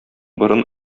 борын